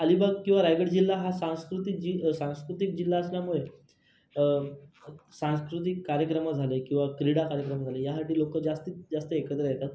अलिबाग किंवा रायगड जिल्हा हा सांस्कृतिक जी सांस्कृतिक जिल्हा असल्यामुळे सांस्कृतिक कार्यक्रमं झाले किंवा क्रीडा कार्यक्रम झाले ह्यासाठी लोकं जास्तीत जास्त एकत्र येतात